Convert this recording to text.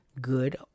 Good